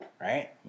Right